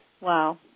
Wow